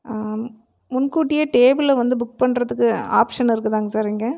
முன்கூட்டியே டேபுளு வந்து புக் பண்ணுறத்துக்கு ஆப்ஷன் இருக்குதாங்க சார் இங்கே